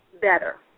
Better